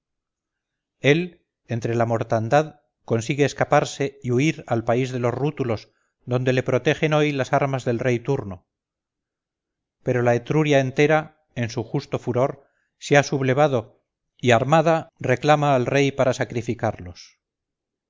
él entre la mortandad consigue escaparse y huir al país de los rútulos donde le protegen hoy las armas del rey turno pero la etruria entera en su justo furor se ha sublevado y armada reclama al rey para sacrificarlos